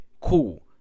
cool